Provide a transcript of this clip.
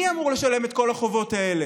מי אמור לשלם את כל החובות האלה?